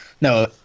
no